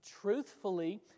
Truthfully